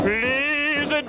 Please